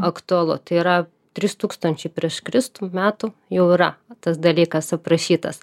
aktualu tai yra trys tūkstančiai prieš kristų metų jau yra tas dalykas aprašytas